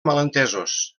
malentesos